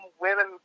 women